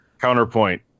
Counterpoint